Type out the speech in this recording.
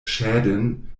schäden